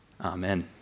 Amen